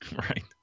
right